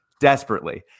Desperately